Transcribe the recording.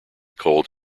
cold